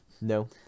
no